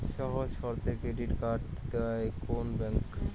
সহজ শর্তে credit card দেয় কোন ব্যাংক?